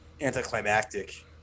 anticlimactic